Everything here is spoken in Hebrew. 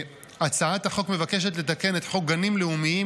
הצעת החוק מבקשת לתקן את חוק גנים לאומיים,